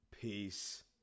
Peace